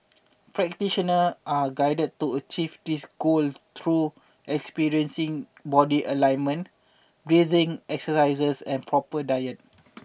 practitioner are guided to achieve this goal through experiencing body alignment breathing exercises and proper diet